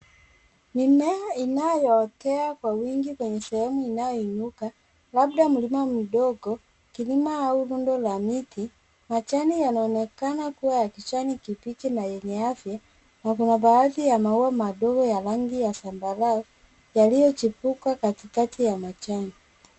Mimea inayootea kwa wingi kwenye sehemu inayoinuka labda mlima mdogo, kilima au rundo la miti. Majani yanaonekana kuwa ya kijani kibichi na afya na kuna baadhi ya maua madogo ya rangi ya zambarau yaliyochupika katikati ya majani.